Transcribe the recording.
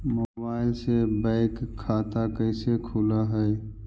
Mobile से bank खाता कैसे खुल है?